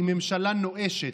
היא ממשלה נואשת.